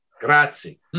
Grazie